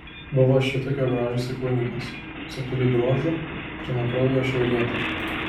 buvo šitokio grožio įsikūnijimas subtilių bruožų grynakraujė šiaurietė